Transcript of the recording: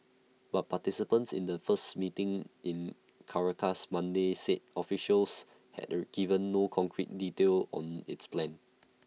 but participants in A first meeting in Caracas Monday said officials had A given no concrete detail on its plan